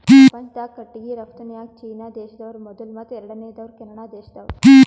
ಪ್ರಪಂಚ್ದಾಗೆ ಕಟ್ಟಿಗಿ ರಫ್ತುನ್ಯಾಗ್ ಚೀನಾ ದೇಶ್ದವ್ರು ಮೊದುಲ್ ಮತ್ತ್ ಎರಡನೇವ್ರು ಕೆನಡಾ ದೇಶ್ದವ್ರು